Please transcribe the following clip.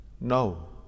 No